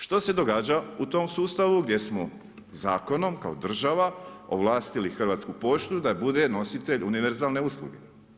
Što se događa u tom sustavu, gdje smo zakonom kao država ovlastili hrvatsku poštu da bude nositelj univerzalne usluge.